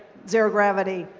zero gravity.